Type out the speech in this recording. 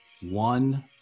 one